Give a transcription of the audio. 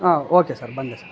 ಹಾಂ okay sir ಬಂದೆ sir